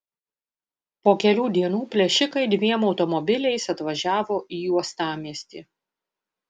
po kelių dienų plėšikai dviem automobiliais atvažiavo į uostamiestį